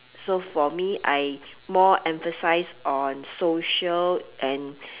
so for me I more emphasize on social and